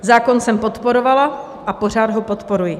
Zákon jsem podporovala a pořád ho podporuji.